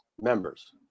members